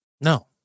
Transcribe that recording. No